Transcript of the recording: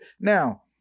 Now